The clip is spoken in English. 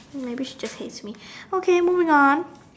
maybe she just hate me okay moving on